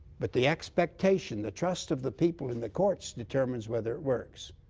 but the expectation, the trust of the people in the courts determines whether it works.